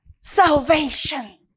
Salvation